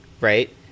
right